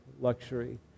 luxury